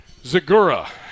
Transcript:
Zagura